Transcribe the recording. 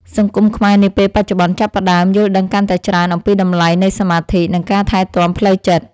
សង្គមខ្មែរនាពេលបច្ចុប្បន្នចាប់ផ្តើមយល់ដឹងកាន់តែច្រើនអំពីតម្លៃនៃសមាធិ និង ការថែទាំផ្លូវចិត្ត។